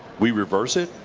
we reverse it.